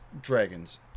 Dragons